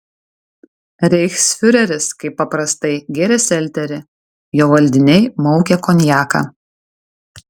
reichsfiureris kaip paprastai gėrė selterį jo valdiniai maukė konjaką